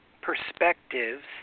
perspectives